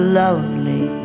lonely